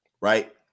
right